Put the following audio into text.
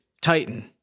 Titan